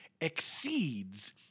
exceeds